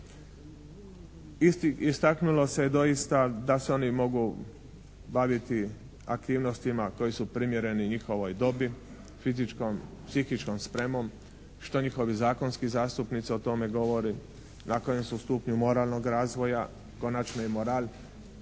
Istaknulo se doista da se oni mogu baviti aktivnostima koje su primjerene njihovoj dobi, fizičkom, psihičkom spremom što njihovi zakonski zastupnici o tome govore, na kojem su stupnju moralnog razvoja konačno i moral